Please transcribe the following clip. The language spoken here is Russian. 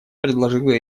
предложила